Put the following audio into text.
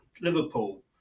Liverpool